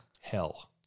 hell